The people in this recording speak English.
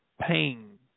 pain